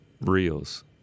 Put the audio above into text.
reels